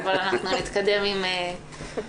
אבל אנחנו נתקדם עם החוק.